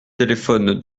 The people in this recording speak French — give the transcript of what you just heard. téléphone